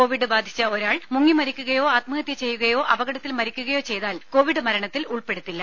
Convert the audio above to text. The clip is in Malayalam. കോവിഡ് ബാധിച്ച ഒരാൾ മുങ്ങി മരിക്കുകയോ ആത്മഹത്യ ചെയ്യുകയോ അപകടത്തിൽ മരിക്കുകയോ ചെയ്താൽ കോവിഡ് മരണത്തിൽ ഉൾപ്പെടുത്തില്ല